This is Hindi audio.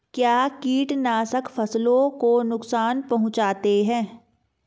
क्या कीटनाशक फसलों को नुकसान पहुँचाते हैं?